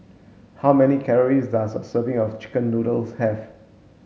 how many calories does a serving of chicken noodles have